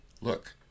Look